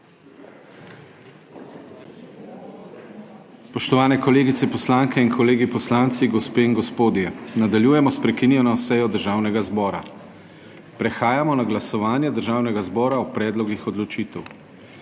Spoštovane kolegice poslanke in kolegi poslanci, gospe in gospodje! Nadaljujemo s prekinjeno sejo Državnega zbora. Prehajamo na glasovanje Državnega zbora o predlogih odločitev.